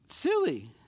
silly